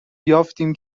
یافتیم